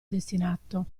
destinato